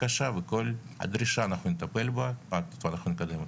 וכל ועדה וכל דרישה אנחנו נטפל בה ואנחנו נקדם אותה.